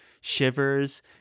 shivers